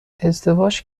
ازدواج